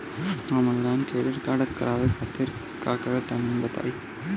हम online credit card खातिर आवेदन कइसे करि तनि बताई?